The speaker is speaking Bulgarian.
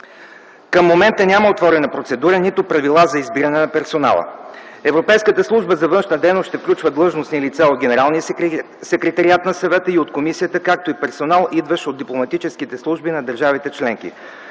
Към момента няма отворена процедура нито правила за избиране на персонала. Европейската служба за външна дейност ще включва длъжностни лица от Генералния секретариат на Съвета и от комисията, както и персонал, идващ от дипломатическите служби на държавите членки.